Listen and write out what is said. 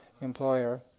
employer